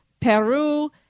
Peru